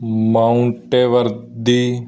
ਮਾਊਂਟੇਵਰ ਦੀ